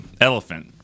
elephant